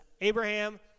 Abraham